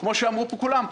כמו שאמרו כולם,